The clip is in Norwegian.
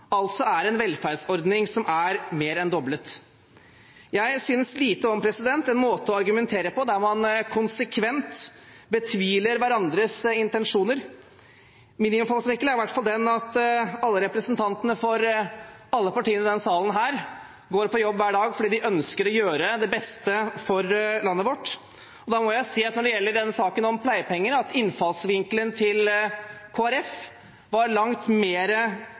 altså er at utgiftene til en velferdsordning er mer enn doblet. Jeg synes lite om en måte å argumentere på der man konsekvent betviler hverandres intensjoner. Min innfallsvinkel er i alle fall den at alle representantene for alle partiene i denne salen går på jobb hver dag fordi de ønsker å gjøre det beste for landet. Da må jeg si at når det gjelder denne saken om pleiepenger, var innfallsvinkelen til Kristelig Folkeparti langt